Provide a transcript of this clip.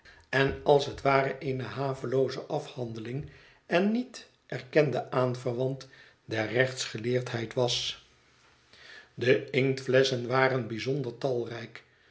en als het ware een havelooze afhangeling en niet erkende aanverwant der rechtsgeleerdheid was de inktflesschen waren bijzonder talrijk